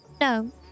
No